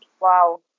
Wow